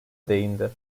değindi